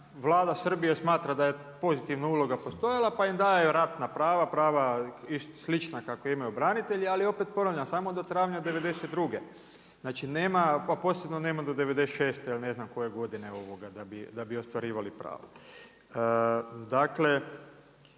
vlada Srbije smatra da je pozitivna uloga postojala pa im daju ratna prava, prava slična kakva imaju branitelji, ali opet ponavljam samo do travnja '92., a posebno nema do '96. ili ne znam koje godine da bi ostvarivali prava. Dakle